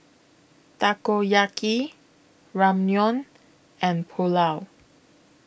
Takoyaki Ramyeon and Pulao